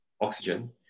oxygen